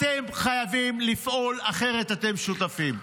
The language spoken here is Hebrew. אתם חייבים לפעול, אחרת אתם שותפים.